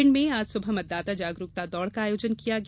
भिंड में आज सुबह मतदाता जागरूकता दौड़ का आयोजन किया गया